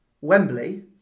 Wembley